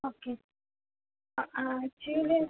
okay actually